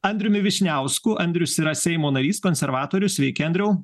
andriumi vyšniausku andrius yra seimo narys konservatorius sveiki andriau